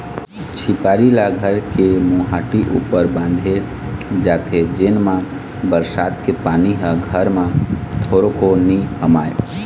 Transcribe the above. झिपारी ल घर के मोहाटी ऊपर बांधे जाथे जेन मा बरसात के पानी ह घर म थोरको नी हमाय